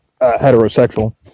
heterosexual